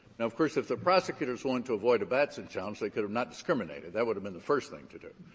now, of course, if the prosecutor is willing to avoid a batson challenge, they could have not discriminated. that would have been the first thing to do.